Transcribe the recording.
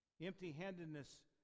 Empty-handedness